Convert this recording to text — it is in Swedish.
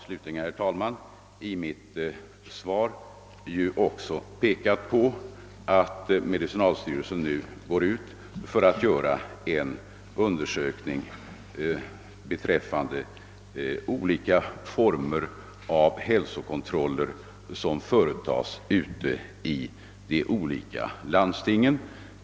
Jag har i mitt svar också pekat på att medicinalstyrelsen avser att undersöka vilka olika former av hälsokontroller som företas av sjukvårdshuvudmännen.